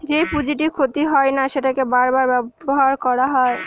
যেই পুঁজিটি ক্ষতি হয় না সেটাকে বার বার ব্যবহার করা হয়